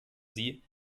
sie